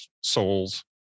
souls